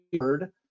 heard